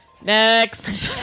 next